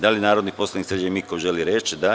Da li narodni poslanik Srđan Miković želi reč? (Da.